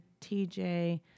TJ